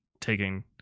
taking